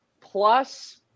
plus